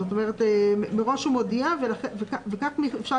זאת אומרת מראש הוא מודיע וכך אפשר